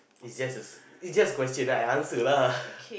is just a is just question that I answer lah